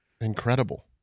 Incredible